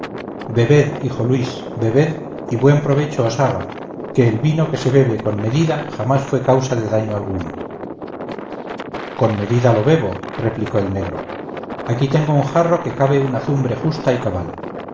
bebed hijo luis bebed y buen provecho os haga que el vino que se bebe con medida jamás fue causa de daño alguno con medida lo bebo replicó el negro aquí tengo un jarro que cabe una azumbre justa y cabal